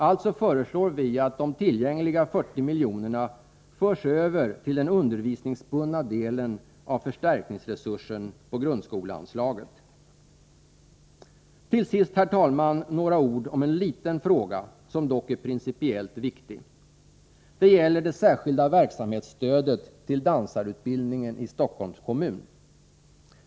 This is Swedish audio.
Alltså föreslår vi att de tillgängliga 40 miljonerna förs över till den undervisningsbundna delen av förstärkningsresursen på grundskoleanslaget. Till sist, herr talman, några ord om en liten fråga som dock är principiellt viktig. Det gäller det särskilda verksamhetsstödet till dansarutbildningen i Stockholms kommun.